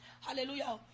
hallelujah